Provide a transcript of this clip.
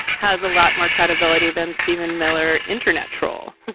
has a lot more credibility than stephen miller, internet troll